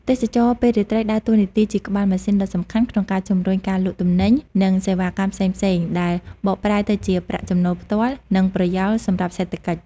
ទេសចរណ៍ពេលរាត្រីដើរតួនាទីជាក្បាលម៉ាស៊ីនដ៏សំខាន់ក្នុងការជំរុញការលក់ទំនិញ និងសេវាកម្មផ្សេងៗ ដែលបកប្រែទៅជាប្រាក់ចំណូលផ្ទាល់ និងប្រយោលសម្រាប់សេដ្ឋកិច្ច។